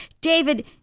David